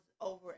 over